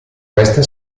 questa